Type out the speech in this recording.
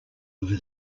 over